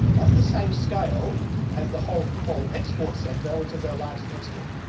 that's the same scale as the whole coal export sector, which is our largest export.